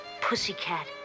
Pussycat